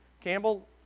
Campbell